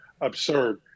absurd